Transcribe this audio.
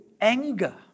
anger